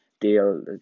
deal